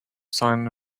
sign